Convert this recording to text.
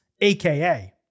AKA